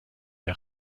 der